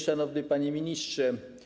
Szanowny Panie Ministrze!